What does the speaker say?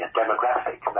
demographic